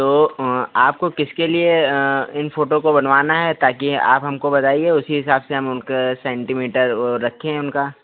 तो आपको किसके लिए इन फोटो को बनवाना है ताकि आप हमको बताइए उसी हिसाब से हम उनके सेन्टीमीटर रखें उनका